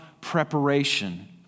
preparation